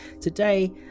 Today